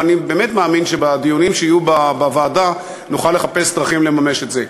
ואני באמת מאמין שבדיונים שיהיו בוועדה נוכל לחפש דרכים לממש את זה.